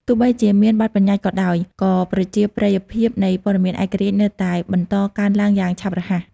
ទោះបីជាមានបទប្បញ្ញត្តិក៏ដោយ ក៏ប្រជាប្រិយភាពនៃព័ត៌មានឯករាជ្យនៅតែបន្តកើនឡើងយ៉ាងឆាប់រហ័ស។